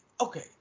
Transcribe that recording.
okay